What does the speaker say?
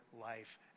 life